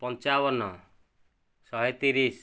ପଞ୍ଚାବନ ଶହେ ତିରିଶ